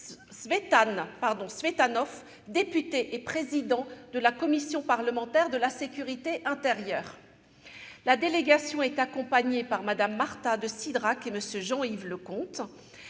Tsvetanov, député et président de la commission parlementaire de la sécurité intérieure. La délégation est accompagnée par Mme Marta de Cidrac et M. Jean-Yves Leconte,